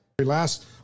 Last